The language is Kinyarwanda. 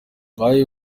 ngayo